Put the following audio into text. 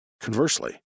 Conversely